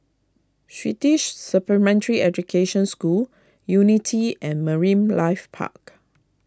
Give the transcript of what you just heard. Swedish Supplementary Education School Unity and Marine Life Park